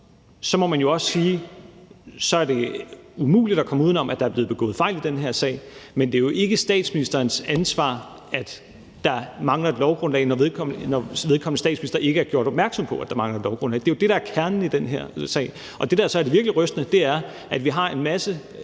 Derfor må man også sige, at det er umuligt at komme uden om, at der er blevet begået fejl i den her sag, men at det jo ikke er statsministerens ansvar, at der manglede et lovgrundlag, når statsministeren ikke er blevet gjort opmærksom på, at der manglede et lovgrundlag. Det er jo det, der er kernen i den her sag. Og det, der så er det virkelig rystende, er, at vi har en masse